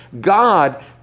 God